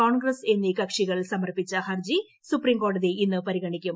കോൺഗ്രസ് എന്നീ കക്ഷികൾ സമർപ്പിച്ച ഹർജി സുപ്രീംകോടതി ഇന്ന് പരിഗണിക്കും